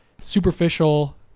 superficial